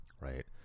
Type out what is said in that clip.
right